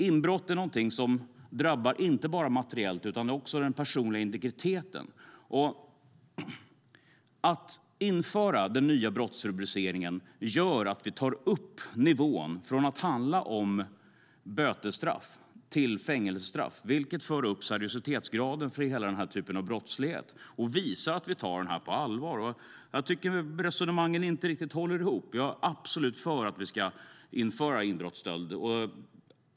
Inbrott är någonting som inte bara drabbar materiellt utan som också drabbar den personliga integriteten. Att införa den nya brottsrubriceringen innebär att vi för upp nivån från att handla om bötesstraff till att handla om fängelsestraff. Det ökar seriositetsgraden för hela denna typ av brottslighet och visar att vi tar den på allvar. Jag tycker att resonemangen inte riktigt håller ihop. Jag är absolut för att vi ska införa brottsrubriceringen inbrottsstöld.